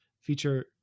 Feature